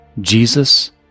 Jesus